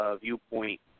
viewpoint